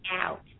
out